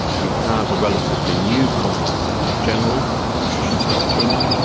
we have a relatively new commonwealth secretary general, patricia scotland,